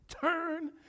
Turn